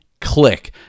click